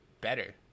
better